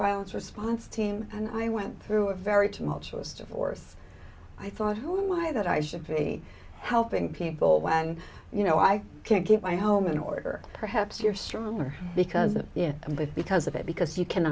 violence response team and i went through a very tumultuous divorce i thought who am i that i should be helping people when you know i can't get my home in order perhaps you're stronger because the i'm with because of it because you can